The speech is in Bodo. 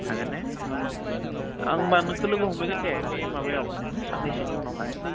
हागोन ने आं होमब्ला नोंखो लोगो हमहैगोन दे बे माबायाव साननैसोनि उनावहाय